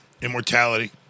Immortality